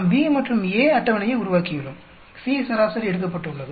நாம் B மற்றும் A அட்டவணையை உருவாக்கியுள்ளோம் C சராசரி எடுக்கப்பட்டு உள்ளது